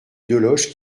deloche